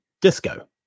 Disco